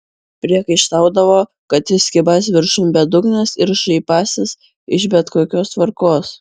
priekaištaudavo kad jis kybąs viršum bedugnės ir šaipąsis iš bet kokios tvarkos